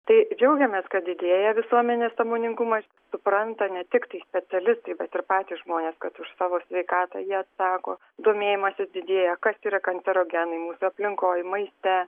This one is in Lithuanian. tai džiaugiamės kad didėja visuomenės sąmoningumas supranta ne tiktai specialistai bet ir patys žmonės kad už savo sveikatą jie atsako domėjimasis didėja kas yra kancerogenai mūsų aplinkoj maiste